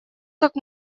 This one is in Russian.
как